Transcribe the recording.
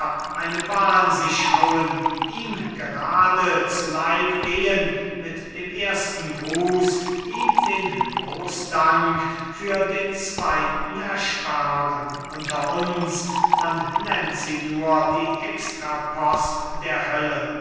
eine bahn sich hauen ihm gerade zu leib gehen mit dem ersten gruß ihm den großdank für den zweiten ersparen unter uns man nennt sie nur die extrapost der hölle